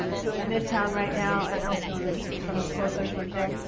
so in midtown right now and also and and i'm from the school of social work there,